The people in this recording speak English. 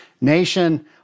Nation